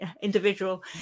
individual